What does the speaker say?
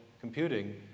computing